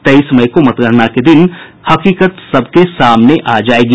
तेईस मई को मतगणना के दिन हकीकत सबके सामने आ जायेगी